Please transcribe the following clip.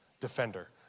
defender